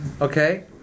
okay